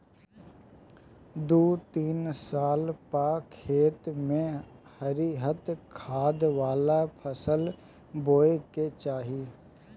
दू तीन साल पअ खेत में हरिहर खाद वाला फसल बोए के चाही